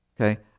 Okay